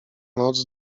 noc